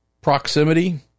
proximity